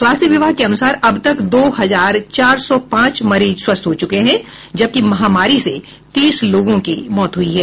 स्वास्थ्य विभाग के अनुसार अब तक दो हजार चार सौ पांच मरीज स्वस्थ हो चुके हैं जबकि महामारी से तीस लोगों की मौत हुई है